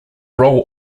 role